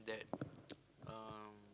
that um